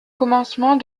commencement